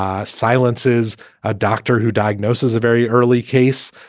ah silences a doctor who diagnoses a very early case.